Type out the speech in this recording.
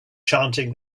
chanting